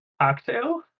Cocktail